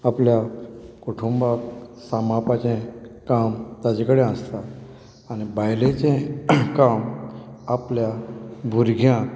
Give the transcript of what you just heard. घरा कडेन आपल्या कुटुंबाक सांबाळपाचें काम ताचे कडेन आसता आनी बायलेचें काम आपल्या भुरग्यांक